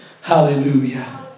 Hallelujah